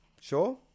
sure